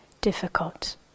Difficult